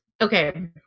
okay